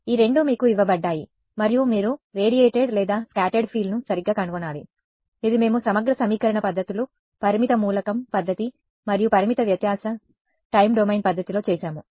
ఈ రెండు మీకు ఇవ్వబడ్డాయి మరియు మీరు రేడియేటెడ్ లేదా స్కాటర్డ్ ఫీల్డ్ ను సరిగ్గా కనుగొనాలి ఇది మేము సమగ్ర సమీకరణ పద్ధతులు పరిమిత మూలకం పద్ధతి మరియు పరిమిత వ్యత్యాస సమయ డొమైన్ పద్ధతిలో చేసాము